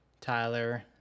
Tyler